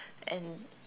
and